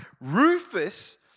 Rufus